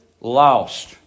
lost